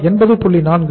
80